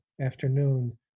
afternoon